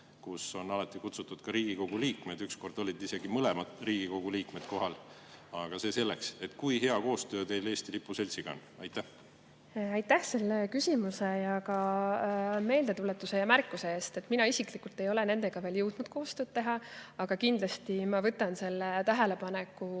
kuhu on alati kutsutud ka Riigikogu liikmed. Ükskord olid isegi mõlemad Riigikogu liikmed kohal, aga see selleks. Kui hea koostöö teil Eesti Lipu Seltsiga on? Aitäh selle küsimuse, samuti meeldetuletuse ja märkuse eest! Mina isiklikult ei ole veel jõudnud nendega koostööd teha. Aga kindlasti ma võtan selle tähelepaneku